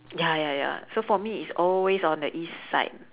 ya ya ya so for me it's always on the east side